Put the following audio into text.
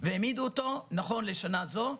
והעמידו אותו, נכון לשנה זו,